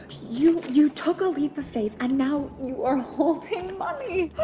you you took a leap of faith and now you are holding money.